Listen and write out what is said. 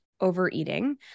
overeating